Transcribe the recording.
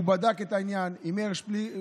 הוא בדק את העניין עם מאיר שפיגלר,